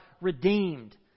redeemed